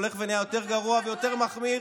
הולכים ונהיים יותר גרועים ויותר מחמירים.